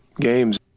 games